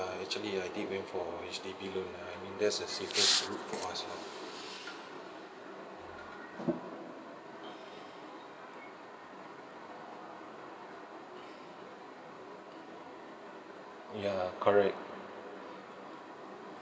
actually I did went for H_D_B loan lah I mean that's the safest route for us lah ya correct